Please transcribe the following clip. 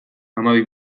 hamabi